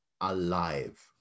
alive